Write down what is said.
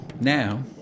Now